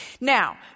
Now